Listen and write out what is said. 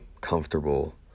comfortable